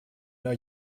know